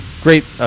great